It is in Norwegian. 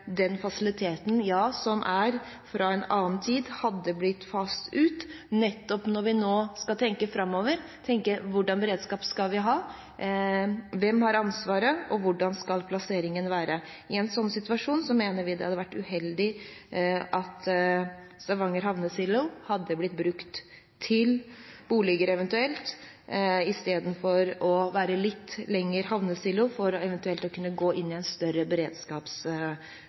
den fasiliteten, som er fra en annen tid, hadde blitt faset ut nettopp når vi nå skal tenke framover, tenke hva slags beredskap skal vi ha, hvem som har ansvaret, og hvordan plasseringen skal være. I en sånn situasjon mener vi det hadde vært uheldig om Stavanger Havnesilo hadde blitt brukt til boliger istedenfor å være havnesilo litt lenger for eventuelt å kunne gå inn i en større